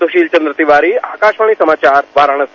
सुशील चंद्र तिवारी आकाशवाणी समाचार वाराणसी